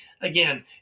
Again